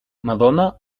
madona